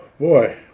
boy